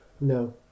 No